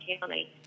County